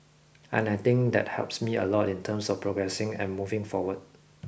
and I think that helps me a lot in terms of progressing and moving forward